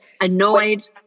Annoyed